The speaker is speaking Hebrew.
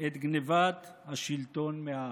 את גנבת השלטון מהעם.